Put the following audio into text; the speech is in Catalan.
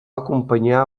acompanyar